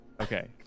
Okay